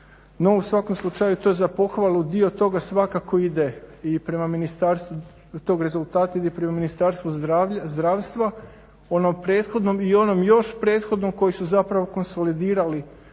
no u svakom slučaju to je za pohvalu, dio toga svakako ide prema Ministarstvu zdravstva onom prethodnom i onom još prethodnom koji su zapravo konsolidirali